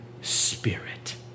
Spirit